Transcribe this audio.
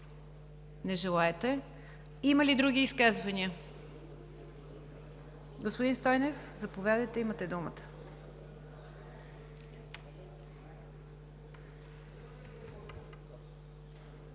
Не желаете. Има ли други изказвания? Господин Стойнев, заповядайте. Имате думата.